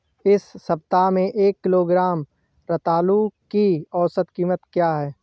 इस सप्ताह में एक किलोग्राम रतालू की औसत कीमत क्या है?